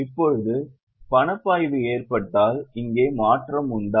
இப்போது பணப்பாய்வு ஏற்பட்டால் இங்கே மாற்றம் உண்டா